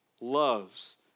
loves